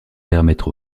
permettre